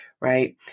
right